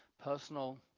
personal